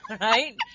right